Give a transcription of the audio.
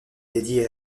dédiée